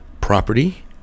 property